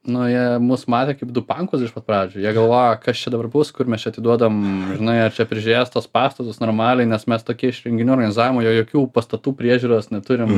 nu jie mus matė kaip du pankus iš pat pradžių jie galvojo kas čia dabar bus kur mes čia atiduodam žinai ar čia prižiūrės tuos pastatus normaliai nes mes tokie iš renginių organizavimo jo jokių pastatų priežiūros neturim